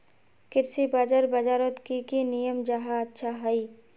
कृषि बाजार बजारोत की की नियम जाहा अच्छा हाई?